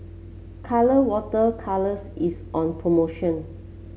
Colora Water Colours is on promotion